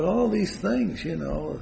all these things you know